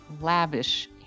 lavish